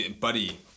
Buddy